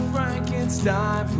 Frankenstein